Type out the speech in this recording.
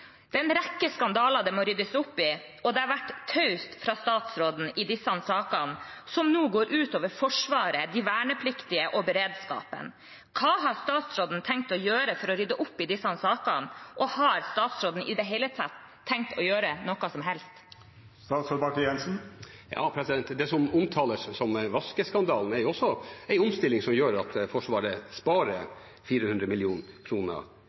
Det er en rekke skandaler det må ryddes opp i, og det har vært taust fra statsråden i disse sakene som nå går ut over Forsvaret, de vernepliktige og beredskapen. Hva har statsråden tenkt å gjøre for å rydde opp i disse sakene? Og har statsråden i det hele tatt tenkt å gjøre noe som helst? Det som omtales som «vaskeskandalen», er også en omstilling som gjør at Forsvaret sparer 400